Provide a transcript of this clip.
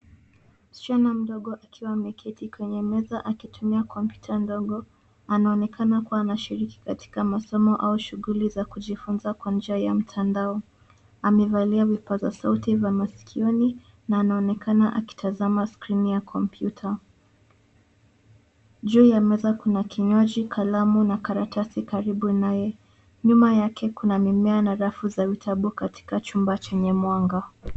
Msichana mdogo akiwa ameketi kwenye meza akitumia kompyuta ndogo. Anaonekana kuwa anashiriki katika masomo au shughuli za kujifunza kwa njia ya mtandao. Amevalia vipazasauti vya maskioni na anaonekana akitazama skrini ya kompyuta. Juu ya meza kuna kinywaji, kalamu na karatassi karibu naye. Nyuma yake kuna mimea na rafu za vitabu katika chumba chenye mwanga.